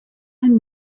and